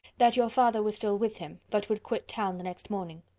that your father was still with him, but would quit town the next morning.